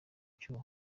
cyuho